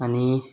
अनि